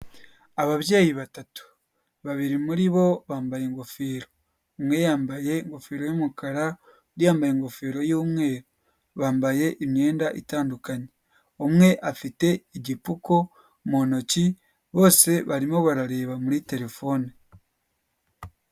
Ababyeyi batatu babiri muri bo bambaye ingofero, umwe yambaye ingofero y'umukara undi yambaye ingofero y'umweru, bambaye imyenda itandukanye, umwe afite igipfuko mu ntoki, bose barimo barareba muri telefone.